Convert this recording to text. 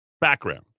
Background